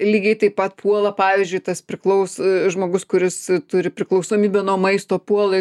lygiai taip pat puola pavyzdžiui tas priklaus žmogus kuris turi priklausomybę nuo maisto puola ir